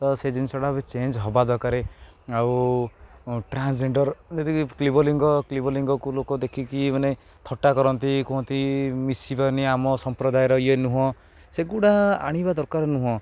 ତ ସେ ଜିନିଷଟା ବି ଚେଞ୍ଜ ହବା ଦରକାର ଆଉ ଟ୍ରାନ୍ସଜେଣ୍ଡର ଯଦି କ୍ଲିବଲିିଙ୍ଗ କ୍ଲିବଲିିଙ୍ଗକୁ ଲୋକ ଦେଖିକି ମାନେ ଥଟ୍ଟା କରନ୍ତି କୁହନ୍ତି ମିଶିବନି ଆମ ସମ୍ପ୍ରଦାୟର ଇଏ ନୁହଁ ସେଗୁଡ଼ା ଆଣିବା ଦରକାର ନୁହଁ